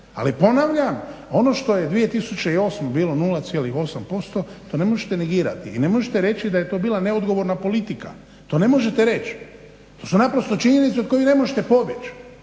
Ali ponavljam, ono što je 2008. Bilo 0,8% to ne možete negirati i ne možete reći da je to bila neodgovorna politika. To ne možete reći. To su naprosto činjenice od kojih ne možete pobjeći.